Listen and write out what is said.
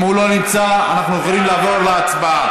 אם הוא לא נמצא, אנחנו יכולים לעבור להצבעה.